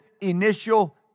initial